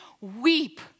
weep